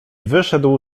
wyszedł